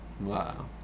Wow